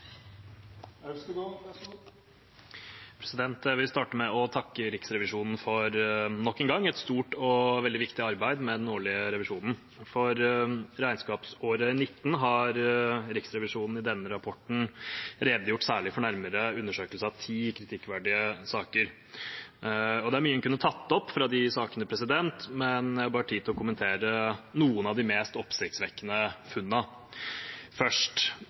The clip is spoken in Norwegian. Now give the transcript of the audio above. Jeg vil starte med å takke Riksrevisjonen for nok en gang et stort og veldig viktig arbeid med den årlige revisjonen. For regnskapsåret 2019 har Riksrevisjonen i denne rapporten redegjort særlig for nærmere undersøkelse av ti kritikkverdige saker. Det er mye en kunne tatt opp fra de sakene, men jeg har bare tid til å kommentere noen av de mest oppsiktsvekkende funnene. Først: